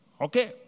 Okay